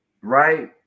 right